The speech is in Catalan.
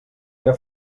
era